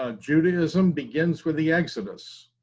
ah judaism begins with the exodus,